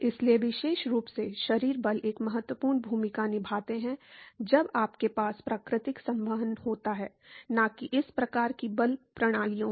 इसलिए विशेष रूप से शरीर बल एक महत्वपूर्ण भूमिका निभाते हैं जब आपके पास प्राकृतिक संवहन होता है न कि इस प्रकार की बल प्रणालियों में